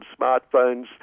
smartphones